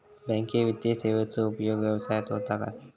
Banking वित्तीय सेवाचो उपयोग व्यवसायात होता काय?